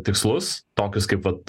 tikslus tokius kaip vat